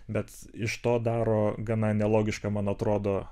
bet iš to daro gana nelogiška man atrodo